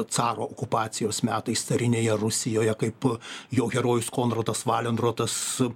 caro okupacijos metais carinėje rusijoje kaip jo herojus konradas valendrotas